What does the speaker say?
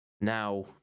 Now